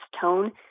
tone